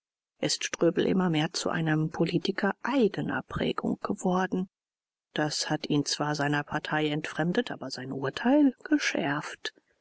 ist ströbel immer mehr zu einem politiker eigener prägung geworden das hat ihn zwar seiner partei entfremdet aber sein urteil geschärft